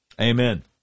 Amen